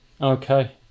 Okay